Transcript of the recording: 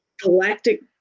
galactic